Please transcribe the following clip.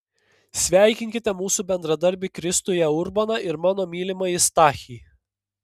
sveikinkite mūsų bendradarbį kristuje urboną ir mano mylimąjį stachį